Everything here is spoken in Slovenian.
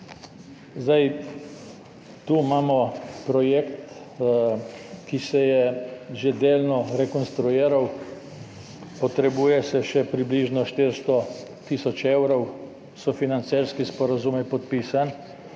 obdobje. Tu imamo projekt, ki se je že delno rekonstruiral, potrebuje se še približno 400 tisoč evrov, sofinancerski sporazum je podpisan,